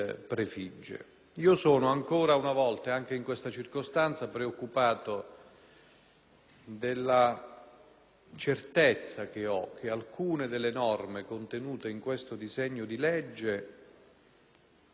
per la certezza che ho che alcune delle norme contenute in questo disegno di legge, soprattutto alcune delle norme introdotte dagli emendamenti